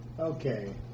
Okay